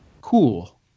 cool